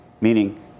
Meaning